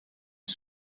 que